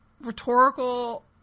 rhetorical